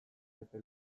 epe